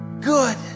good